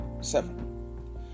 Seven